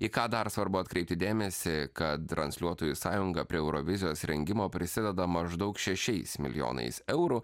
į ką dar svarbu atkreipti dėmesį kad transliuotojų sąjunga prie eurovizijos rengimo prisideda maždaug šešiais milijonais eurų